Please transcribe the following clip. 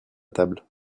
table